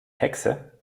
hexe